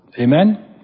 Amen